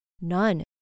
None